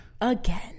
Again